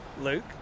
Luke